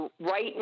Right